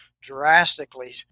drastically